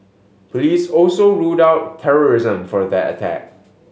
police also ruled out terrorism for that attack